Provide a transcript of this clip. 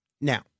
Now